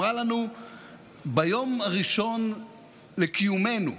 אמרה לנו ביום הראשון לקיומנו,